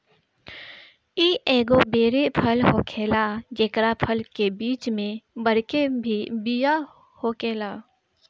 इ एगो बेरी फल होखेला जेकरा फल के बीच में बड़के बिया होखेला